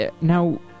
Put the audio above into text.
now